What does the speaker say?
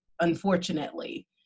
unfortunately